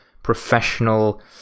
Professional